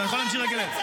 אתה אומר "חונטה".